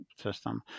system